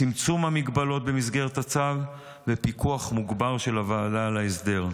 צמצום המגבלות במסגרת הצו ופיקוח מוגבר של הוועדה על ההסדר.